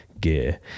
gear